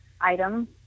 items